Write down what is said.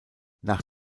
nach